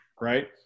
right